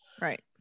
Right